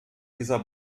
dieser